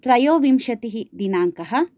त्रयोविंशतिः दिनाङ्कः